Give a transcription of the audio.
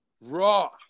Raw